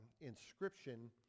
inscription